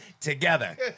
together